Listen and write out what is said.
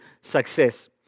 success